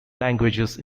languages